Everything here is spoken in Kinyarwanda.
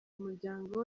umuryango